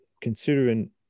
considering